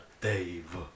Dave